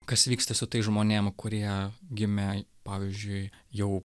kas vyksta su tais žmonėm kurie gimė pavyzdžiui jau